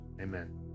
amen